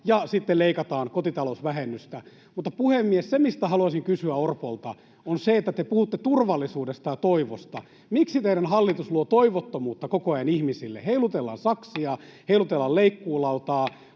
ja sitten leikataan kotitalousvähennystä. Puhemies! Se, mistä haluaisin kysyä Orpolta, on se, että te puhutte turvallisuudesta ja toivosta. Miksi teidän hallitus luo toivottomuutta koko ajan ihmisille? Heilutellaan saksia, heilutellaan leikkuulautaa.